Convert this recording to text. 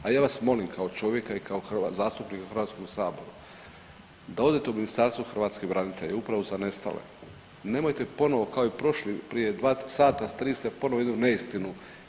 A ja vas molim kao čovjeka i kao zastupnika u HS-u da odete u Ministarstvo hrvatskih branitelja, Upravu za nestale, nemojte ponovo kao i prošli, prije 2, 3 sata 3 ste ponovo jednu neistinu.